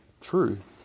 truth